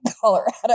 Colorado